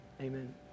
Amen